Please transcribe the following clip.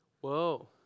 Whoa